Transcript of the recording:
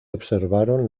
observaron